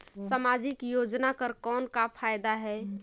समाजिक योजना कर कौन का फायदा है?